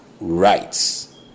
rights